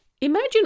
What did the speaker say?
Imagine